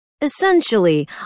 Essentially